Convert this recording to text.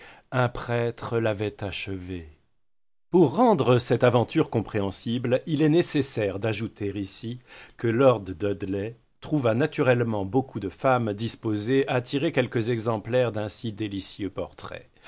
un prêtre l'avait achevé pour rendre cette aventure compréhensible il est nécessaire d'ajouter ici que lord dudley trouva naturellement beaucoup de femmes disposées à tirer quelques exemplaires d'un si délicieux portrait